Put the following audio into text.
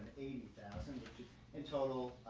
thousand in total,